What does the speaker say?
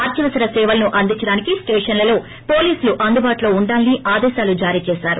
అత్యవసర సేవలను అందించడానికి స్లేషన్లలో పోలీసులు అందుబాటులో ఉండాలని ఆదేశాలు జారీ చేశారు